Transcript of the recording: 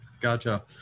Gotcha